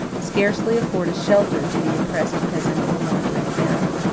scarcely afford a shelter to the oppressed peasant or wandering arab.